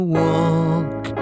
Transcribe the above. walk